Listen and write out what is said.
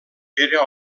era